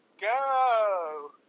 go